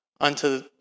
unto